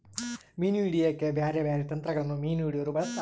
ಮೀನು ಹಿಡೆಕ ಬ್ಯಾರೆ ಬ್ಯಾರೆ ತಂತ್ರಗಳನ್ನ ಮೀನು ಹಿಡೊರು ಬಳಸ್ತಾರ